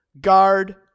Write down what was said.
guard